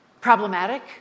problematic